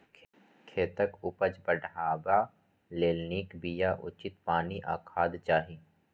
खेतक उपज बढ़ेबा लेल नीक बिया, उचित पानि आ खाद चाही